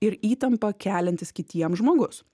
ir įtampą keliantis kitiem žmogus